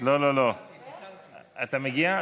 אתה מגיע?